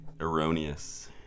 erroneous